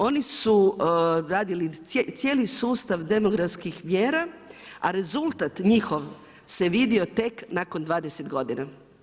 Oni su radili cijeli sustav demografskih mjera, a rezultat njihovog se vidio tek nakon 20 godina.